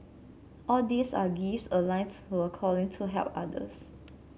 all these are gifts aligned to a calling to help others